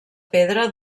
pedra